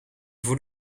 voor